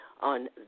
on